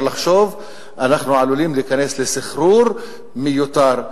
לחשוב אנחנו עלולים להיכנס לסחרור מיותר.